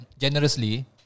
generously